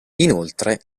inoltre